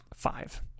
five